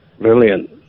Brilliant